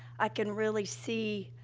i can really see,